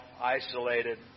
isolated